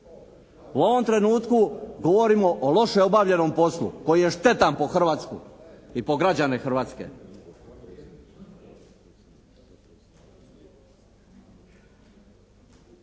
U ovom trenutku govorimo o loše obavljenom poslu koji je štetan po Hrvatsku i po građane Hrvatske.